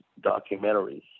documentaries